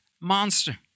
monster